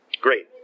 great